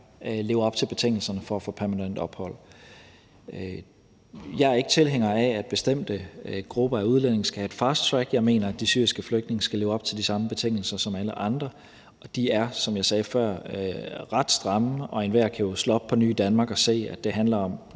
lever op til betingelserne for at få permanent ophold. Jeg er ikke tilhænger af, at bestemte grupper af udlændinge skal have et fasttrack. Jeg mener, at de syriske flygtninge skal leve op til de samme betingelser som alle andre, og de er, som jeg sagde før, ret stramme. Enhver kan jo slå op på nyidanmark.dk og se, at det handler om